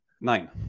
Nine